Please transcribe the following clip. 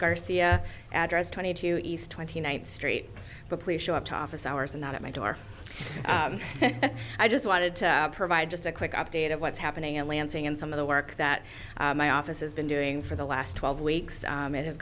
garcia address twenty two east twenty ninth street but please show up to office hours and not at my door i just wanted to provide just a quick update of what's happening at lansing and some of the work that my office has been doing for the last twelve weeks it has